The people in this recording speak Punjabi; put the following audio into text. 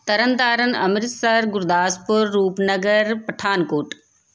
ਤਰਨਤਾਰਨ ਅੰਮ੍ਰਿਤਸਰ ਗੁਰਦਾਸਪੁਰ ਰੂਪਨਗਰ ਪਠਾਨਕੋਟ